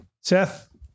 Seth